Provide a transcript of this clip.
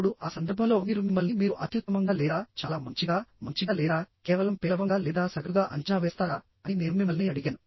ఇప్పుడు ఆ సందర్భంలో మీరు మిమ్మల్ని మీరు అత్యుత్తమంగా లేదా చాలా మంచిగా మంచిగా లేదా కేవలం పేలవంగా లేదా సగటుగా అంచనా వేస్తారా అని నేను మిమ్మల్ని అడిగాను